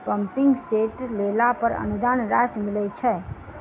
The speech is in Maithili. पम्पिंग सेट लेला पर अनुदान राशि मिलय छैय?